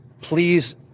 please